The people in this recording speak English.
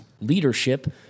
leadership